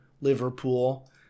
Liverpool